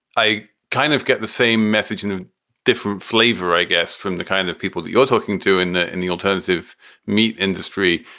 i kind of get the same message and a different flavor, i guess, from the kind of people that you're talking to in the in the alternative meat industry.